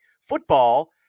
football